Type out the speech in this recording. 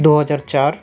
দুই হাজার চার